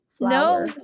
No